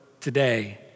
today